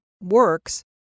works